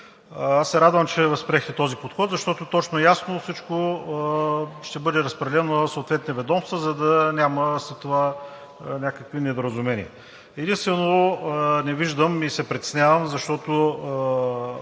аз се радвам, че възприехте този подход, защото точно и ясно всичко ще бъде разпределено на съответните ведомства, за да няма след това някакви недоразумения. Единствено не виждам и се притеснявам, защото